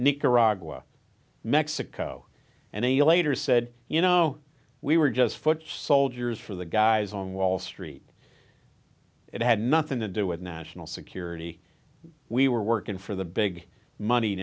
nicaragua mexico and he later said you know we were just foot soldiers for the guys on wall street it had nothing to do with national security we were working for the big money